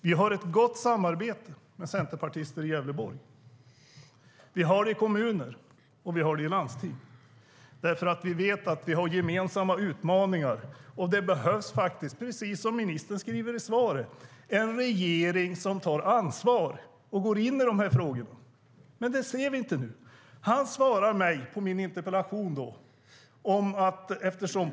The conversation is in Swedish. Vi har ett gott samarbete med centerpartister i Gävleborg, i kommuner och i landsting. Vi vet att vi har gemensamma utmaningar, och det behövs faktiskt, precis som ministern skriver i svaret, en regering som tar ansvar och går in i dessa frågor. Men det ser vi inte nu.